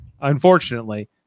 unfortunately